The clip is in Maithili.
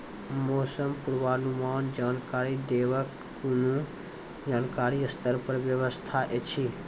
मौसम पूर्वानुमान जानकरी देवाक कुनू सरकारी स्तर पर व्यवस्था ऐछि?